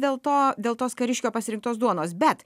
dėlto dėl tos kariškio pasirinktos duonos bet